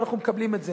ואנחנו מקבלים את זה.